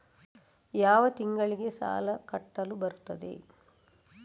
ಯಾವ ತಿಂಗಳಿಗೆ ಸಾಲ ಕಟ್ಟಲು ಬರುತ್ತದೆ?